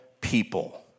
people